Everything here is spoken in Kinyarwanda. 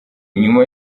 nyuma